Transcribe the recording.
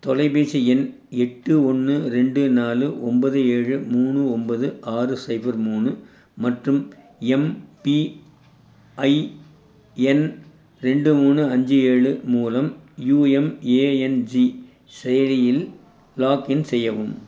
தொலைபேசி எண் எட்டு ஒன்று ரெண்டு நாலு ஒன்பது ஏழு மூணு ஒன்பது ஆறு சைபர் மூணு மற்றும் எம்பிஐஎன் ரெண்டு மூணு அஞ்சு ஏழு மூலம் யுஎம்ஏஎன்ஜி செயலியில் லாக்இன் செய்யவும்